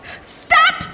Stop